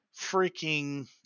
freaking